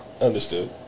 Understood